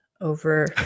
over